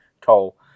toll